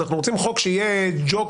אנחנו רוצים חוק שיהיה ג'וקר,